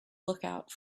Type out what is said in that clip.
lookout